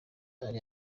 ari